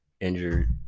injured